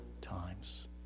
times